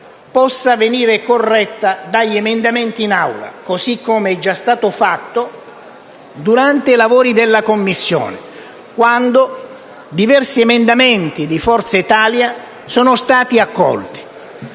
possa venire corretta dagli emendamenti in Aula, così come è già stato fatto durante i lavori della Commissione, quando diversi emendamenti di Forza Italia sono stati accolti.